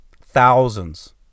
thousands